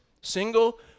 single